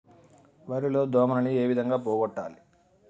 వరి లో దోమలని ఏ విధంగా పోగొట్టాలి?